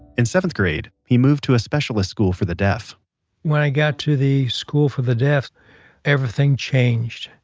in seventh grade, he moved to a specialist school for the deaf when i got to the school for the deaf everything changed.